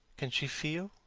can she feel,